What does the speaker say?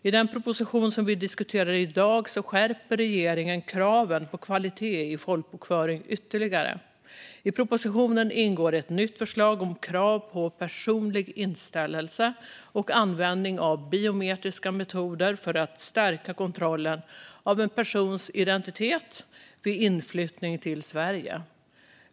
I den proposition vi diskuterar i dag skärper regeringen kraven på kvalitet i folkbokföringen ytterligare. I propositionen ingår ett nytt förslag om krav på personlig inställelse och användning av biometriska metoder för att stärka kontrollen av en persons identitet vid inflyttning till Sverige.